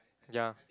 ya